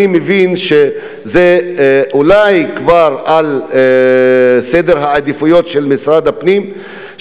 אני מבין שזה אולי כבר בסדר העדיפויות של משרד הפנים,